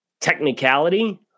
technicality